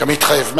כמתחייב מהחוק.